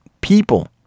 people